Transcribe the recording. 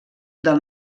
del